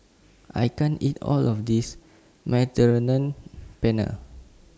I can't eat All of This Mediterranean Penne